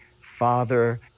father